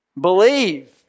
believe